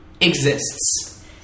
exists